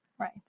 Right